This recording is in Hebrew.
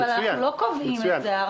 אנחנו לא קובעים את זה.